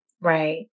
Right